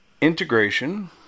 integration